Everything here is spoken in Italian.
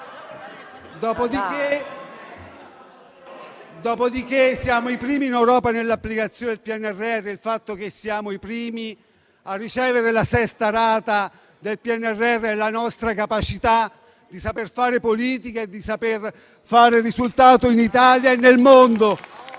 quella. Siamo i primi in Europa nell'applicazione del PNRR. Il fatto che siamo i primi a ricevere la sesta rata del PNRR dimostra la nostra capacità di saper fare politica e di saper fare risultato in Italia e nel mondo.